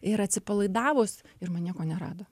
ir atsipalaidavus ir man nieko nerado